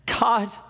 God